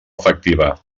efectiva